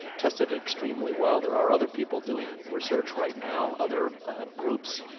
tested extremely well. there are other people doing research right now, other groups,